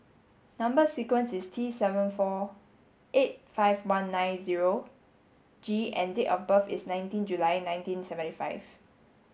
number sequence is T seven four eight five one nine zero G and date of birth is nineteen July nineteen seventy five